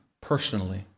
personally